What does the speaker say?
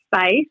space